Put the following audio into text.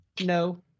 no